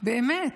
באמת,